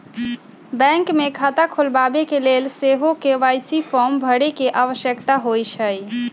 bank मे खता खोलबाबेके लेल सेहो के.वाई.सी फॉर्म भरे के आवश्यकता होइ छै